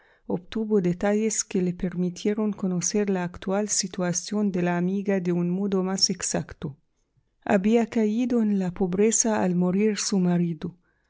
obtuvo detalles que le permitieron conocer la actual situación de la amiga de un modo más exacto había caído en la pobreza al morir su marido